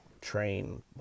train